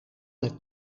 het